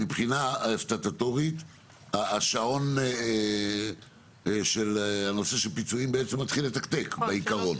מבחינה הסטטוטורית השעון של הנושא של פיצויים מתחיל לתקתק בעיקרון?